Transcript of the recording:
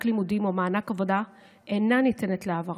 לימודים או מענק עבודה אינה ניתנת להעברה,